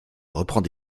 reprend